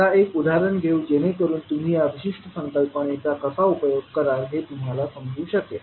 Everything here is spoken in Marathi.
आता एक उदाहरण घेऊ जेणेकरुन तुम्ही या विशिष्ट संकल्पनेचा कसा उपयोग कराल हे तुम्हाला समजू शकेल